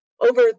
over